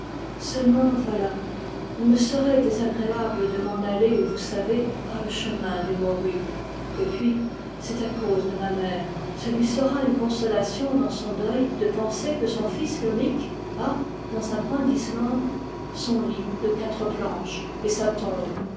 seulement voilà il me serait désagréable de m'en aller où vous savez par le chemin des morues et puis c'est à cause de ma mère ce lui sera une consolation dans son deuil de penser que son fils lommic a dans un coin d'islande son lit de quatre planches et sa tombe